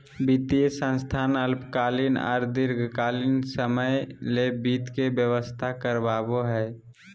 वित्तीय संस्थान अल्पकालीन आर दीर्घकालिन समय ले वित्त के व्यवस्था करवाबो हय